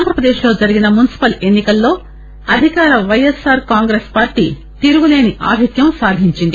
ఆంధ్రప్రదేశ్ లో జరిగిన మున్సిపల్ ఎన్ని కల్లో అధికార పైఎస్ఆర్ కాంగ్రెస్ పార్టీ తిరుగులేని ఆధిక్యం సాగించింది